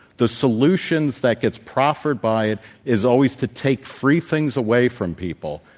the solution that gets proffered by it is always to take free things away from people,